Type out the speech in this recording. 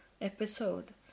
episode